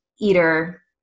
eater